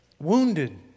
wounded